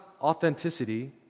authenticity